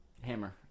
hammer